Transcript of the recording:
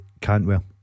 Cantwell